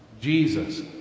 Jesus